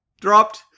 dropped